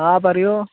ആ പറയൂ